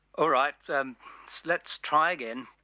alright, um so let's try again.